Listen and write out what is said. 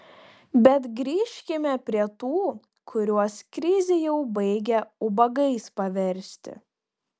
bet grįžkime prie tų kuriuos krizė jau baigia ubagais paversti